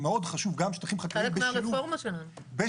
חלק מהרפורמה שלנו.